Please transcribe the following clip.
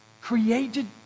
created